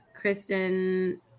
Kristen